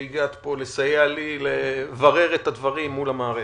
שהגעת פה לסייע לי לברר את הדברים מול המערכת.